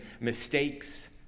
mistakes